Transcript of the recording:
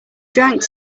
drank